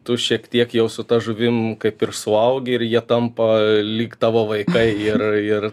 tu šiek tiek jau su ta žuvim kaip ir suaugi ir jie tampa lyg tavo vaikai ir ir